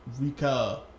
Rika